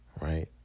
Right